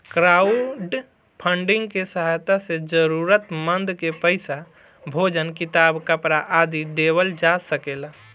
crowdfunding के सहायता से जरूरतमंद के पईसा, भोजन किताब, कपरा आदि देवल जा सकेला